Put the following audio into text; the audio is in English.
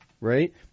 right